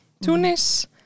Tunis